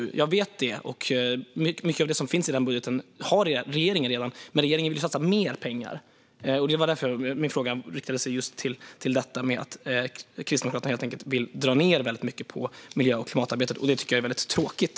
Jag vet det, och mycket av det som finns i den budgeten har regeringen redan. Men regeringen vill satsa mer pengar, och det var därför min fråga riktade in sig på just detta med att Kristdemokraterna helt enkelt vill dra ned väldigt mycket på miljö och klimatarbetet. Det tycker jag är väldigt tråkigt.